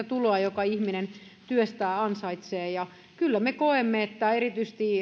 tuloa jonka ihminen työstään ansaitsee kyllä me koemme että erityisesti